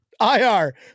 IR